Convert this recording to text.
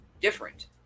different